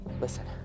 listen